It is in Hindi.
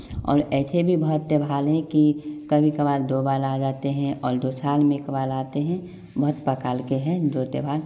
और ऐसे भी बहुत त्योहार हैं कि कभी कभार दो बार आ जाते हैं और साल में एक बार आते हैं बहुत प्रकार के हैं जो त्योहार